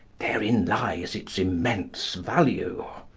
therein lies its immense value.